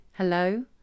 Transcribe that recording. Hello